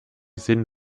sinn